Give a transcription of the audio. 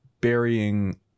burying